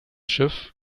schiff